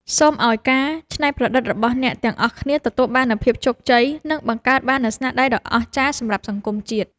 សូមឱ្យការច្នៃប្រឌិតរបស់អ្នកទាំងអស់គ្នាទទួលបាននូវភាពជោគជ័យ និង បង្កើតបាននូវស្នាដៃដ៏អស្ចារ្យសម្រាប់សង្គមជាតិ។